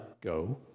go